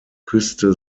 küste